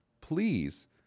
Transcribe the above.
please